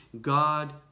God